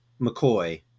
McCoy –